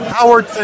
Howard